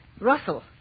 Russell